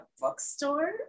bookstore